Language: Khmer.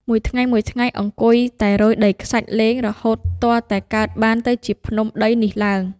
មួយថ្ងៃៗ អង្គុយតែរោយដីខ្សាច់លេង រហូតទាល់តែកើតបានទៅជាភ្នំដីនេះឡើង ។